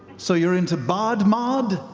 so you're into bod mod?